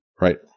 right